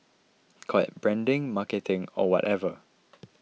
call it branding marketing or whatever